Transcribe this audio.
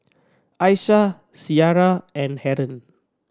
Aishah Syirah and Haron